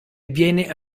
viene